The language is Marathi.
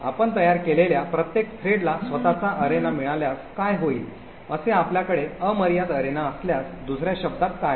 आपण तयार केलेल्या प्रत्येक थ्रेडला स्वतःचा अरेना मिळाल्यास काय होईल असे आपल्याकडे अमर्याद अरेना असल्यास दुसर्या शब्दांत काय होईल